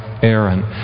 Aaron